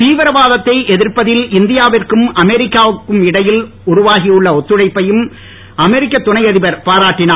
தீவிரவாத த்தை இரு எதிர்ப்பதில் இந்தியாவிற்கும் அமெரிக்காவிற்கும் இடையில் உருவாகியுள்ள ஒத்துழைப்பையும் அமெரிக்க துணை அதிபர் பாராட்டினார்